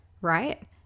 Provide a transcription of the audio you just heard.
right